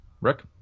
Rick